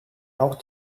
auch